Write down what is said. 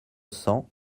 cents